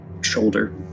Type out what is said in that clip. shoulder